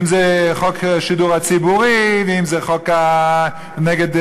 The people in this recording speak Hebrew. אם חוק השידור הציבורי ואם חוק נגד,